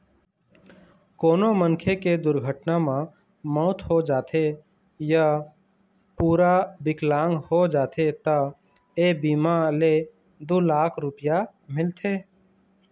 कोनो मनखे के दुरघटना म मउत हो जाथे य पूरा बिकलांग हो जाथे त ए बीमा ले दू लाख रूपिया मिलथे